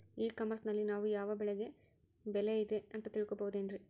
E commerce ನಲ್ಲಿ ನಾವು ಯಾವ ಬೆಳೆಗೆ ಬೆಲೆ ಇದೆ ಅಂತ ತಿಳ್ಕೋ ಬಹುದೇನ್ರಿ?